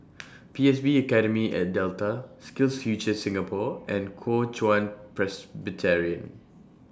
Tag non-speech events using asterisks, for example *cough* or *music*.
*noise* P S B Academy At Delta SkillsFuture Singapore and Kuo Chuan Presbyterian